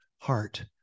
heart